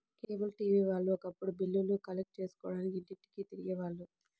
cable TV వాళ్ళు ఒకప్పుడు బిల్లులు కలెక్ట్ చేసుకోడానికి ఇంటింటికీ తిరిగే వాళ్ళు